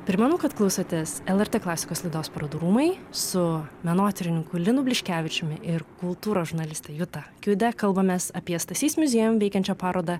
primenu kad klausotės lrt klasikos laidos parodų rūmai su menotyrininku linu bliškevičiumi ir kultūros žurnaliste juta kiude kalbamės apie stasys muziejum veikiančią parodą